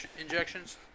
injections